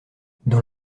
dans